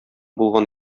булган